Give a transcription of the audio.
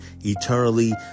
eternally